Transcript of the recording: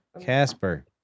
Casper